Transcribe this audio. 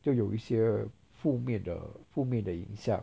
都有一些负面的负面的影响